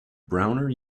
browner